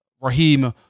Raheem